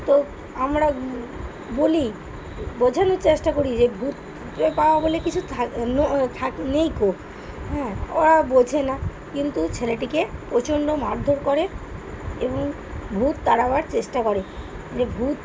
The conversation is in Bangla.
তো আমরা বলি বোঝানোর চেষ্টা করি যে ভূতে পাওয়া বলে কিছু থাক থাক নেইকো হ্যাঁ ওরা বোঝে না কিন্তু ছেলেটিকে প্রচণ্ড মারধর করে এবং ভূত তাড়াবার চেষ্টা করে যে ভূত